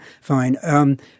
Fine